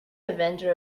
avenger